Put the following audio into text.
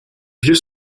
vieux